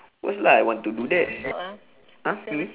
of course lah I want to do that !huh! me